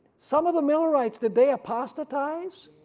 some of the millerites did they apostatize?